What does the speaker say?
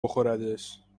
بخوردش